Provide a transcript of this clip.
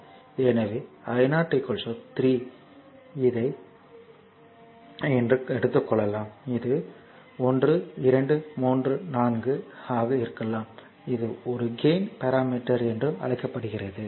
எனவே i 0 3 இதை i 3 ஐ எடுத்துக் கொள்வோம் இது 1 2 3 4 ஆக இருக்கலாம் இது ஒரு கேயின் பாராமீட்டர் என்றும் அழைக்கப்படுகிறது